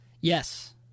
Yes